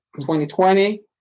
2020